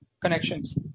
connections